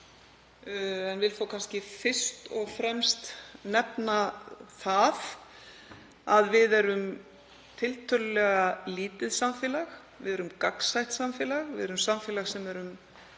en vil þó kannski fyrst og fremst nefna það að við erum tiltölulega lítið samfélag, við erum gagnsætt samfélag, við erum samfélag sem er